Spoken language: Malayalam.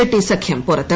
ഷെട്ടി സഖ്യം പുറത്ത്